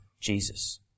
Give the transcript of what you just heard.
Jesus